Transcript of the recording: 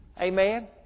Amen